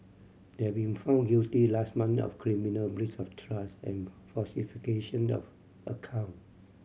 they had been found guilty last month of criminal breach of trust and falsification of account